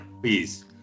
please